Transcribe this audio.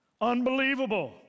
Unbelievable